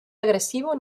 agresivo